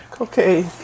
Okay